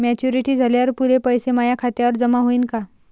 Maturity झाल्यावर पुरे पैसे माया खात्यावर जमा होईन का?